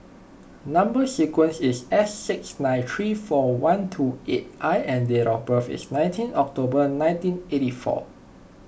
Number Sequence is S six nine three four one two eight I and date of birth is nineteenth October nineteen eighty four